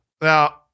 Now